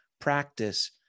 practice